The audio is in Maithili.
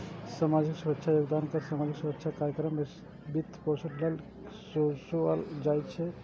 सामाजिक सुरक्षा योगदान कर सामाजिक सुरक्षा कार्यक्रमक वित्तपोषण लेल ओसूलल जाइ छै